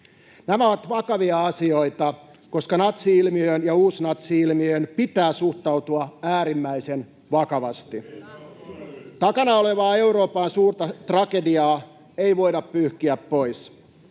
Nämä ovat vakavia asioita, koska natsi-ilmiöön ja uusnatsi-ilmiöön pitää suhtautua äärimmäisen vakavasti. [Juha Mäenpää: Ei ole todellista!] Takana olevaa Euroopan suurta tragediaa ei voida pyyhkiä pois.